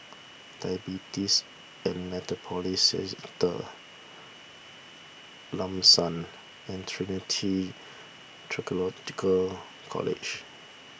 Diabetes and Metabolism Centre Lam San and Trinity theological College